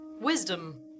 Wisdom